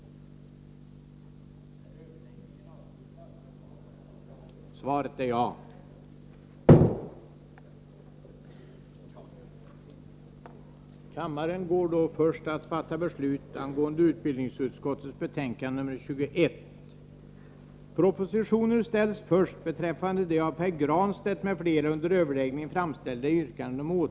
Överläggningen var härmed avslutad.